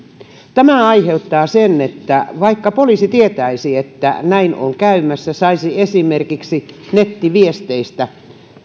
tämä aiheuttaa sen että vaikka poliisi tietäisi että näin on käymässä ja saisi esimerkiksi nettiviesteistä